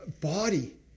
body